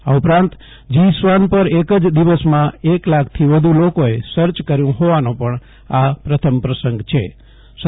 આ ઉપરાંત જીસ્વાન પર એક જ દિવસમાં એક લાખથી વધુ લોકોએ સર્ચ કર્યું હોવાનો પણ પ્રથમ પ્રસંગ બન્યો છે